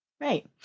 Right